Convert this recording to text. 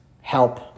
help